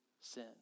sin